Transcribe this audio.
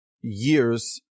years